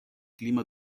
clima